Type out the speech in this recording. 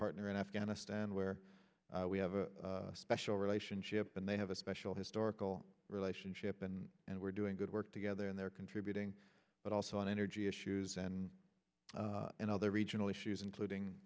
partner in afghanistan where we have a special relationship and they have a special historical relationship and and we're doing good work together and they're contributing but also on energy issues and and other regional issues including